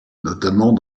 notamment